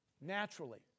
naturally